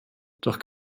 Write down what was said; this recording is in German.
doch